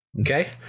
Okay